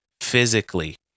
physically